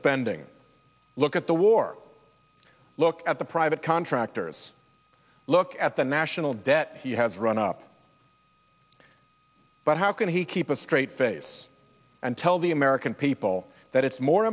spending look at the war look at the private contractors look at the national debt has run up but how can he keep a straight face and tell the american people that it's more